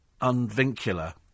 Unvincula